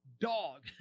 Dog